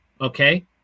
Okay